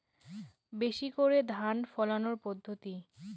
বেশি করে ধান ফলানোর পদ্ধতি?